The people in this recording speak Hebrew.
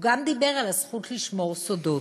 הוא גם דיבר על הזכות לשמור סודות.